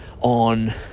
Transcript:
on